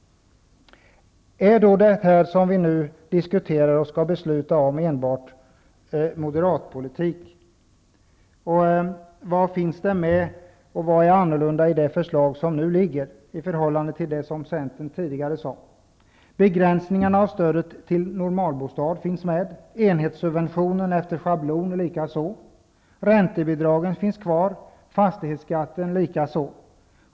Är det som vi nu diskuterar och skall fatta beslut om enbart moderat politik? Vad finns med och vad är annorlunda i det förslag som nu har lagts fram i förhållande till vad Centern tidigare har sagt? Begränsning av stödet till normalbostad finns med -- likaså enhetssubventionen efter schablon. Räntebidragen finns kvar -- likaså fastighetsskatten.